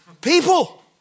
People